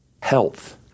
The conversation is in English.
health